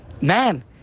man